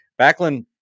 Backlund